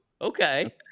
Okay